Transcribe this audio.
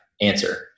answer